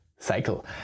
cycle